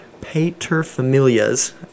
paterfamilias